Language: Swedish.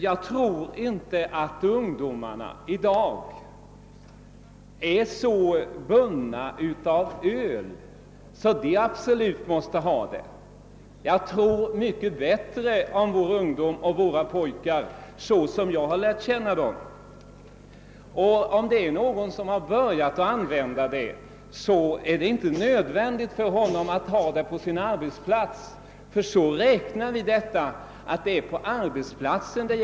Jag tror inte att ungdomarna i dag är så beroende av öl, att de absolut måste ha tillgång till det. Jag tror mycket bättre om vår ungdom såsom jag lärt känna den. Om en pojke har börjat använda öl, så är det därför inte nödvändigt att han har tillgång till det på sin arbetsplats. Vi anser en militärförläggning vara en arbetsplats.